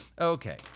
Okay